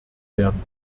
werden